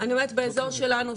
באזור שלנו,